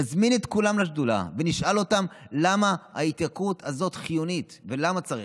נזמין את כולם לשדולה ונשאל אותם למה ההתייקרות הזאת חיונית ולמה צריך.